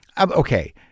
Okay